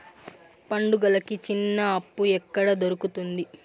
పండుగలకి చిన్న అప్పు ఎక్కడ దొరుకుతుంది